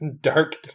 dark